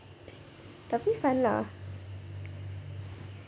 tapi fun lah